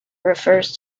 refers